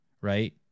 right